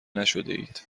نشدهاید